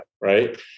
right